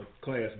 class